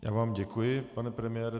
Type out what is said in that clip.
Já vám děkuji, pane premiére.